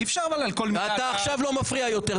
אי אפשר על כל מילה --- אתה עכשיו לא מפריע יותר,